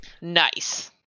Nice